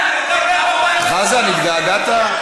חזן, התגעגעת?